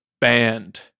banned